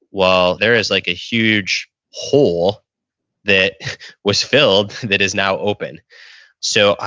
well, there is like a huge hole that was filled that is now open so,